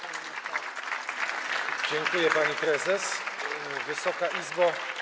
Bardzo dziękuję, pani prezes. Wysoka Izbo!